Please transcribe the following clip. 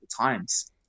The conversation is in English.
times